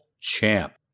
Champ